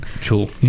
Cool